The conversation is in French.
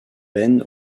peine